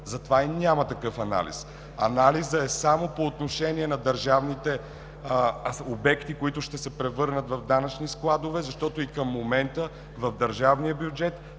затова и няма такъв анализ. Анализът е само по отношение на държавните обекти, които ще се превърнат в данъчни складове, защото и към момента в държавния бюджет,